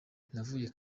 navuye